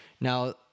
Now